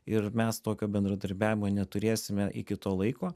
ir mes tokio bendradarbiavimo neturėsime iki to laiko